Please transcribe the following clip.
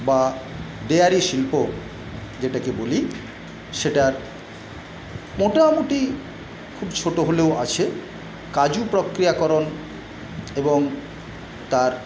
বা ডেয়ারি শিল্প যেটাকে বলি সেটার মোটামুটি খুব ছোটো হলেও আছে কাজু প্রক্রিয়াকরণ এবং তার